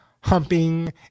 humping